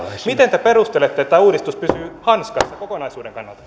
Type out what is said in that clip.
miten te perustelette että tämä uudistus pysyy hanskassa kokonaisuuden kannalta